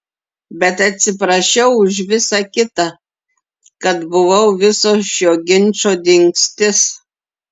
bet atsiprašiau už visa kita kad buvau viso šio ginčo dingstis